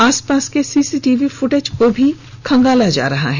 आसपास के CCTV footage को भी खंगाला जा रहा है